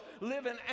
living